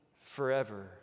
forever